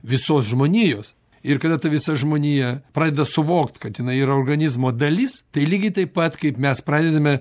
visos žmonijos ir kada ta visa žmonija pradeda suvokt kad jinai yra organizmo dalis tai lygiai taip pat kaip mes pradedame